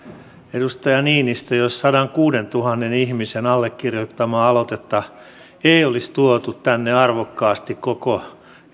edustaja niinistö jos sadankuudentuhannen ihmisen allekirjoittamaa aloitetta ei olisi tuotu tänne arvokkaasti koko